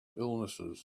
illnesses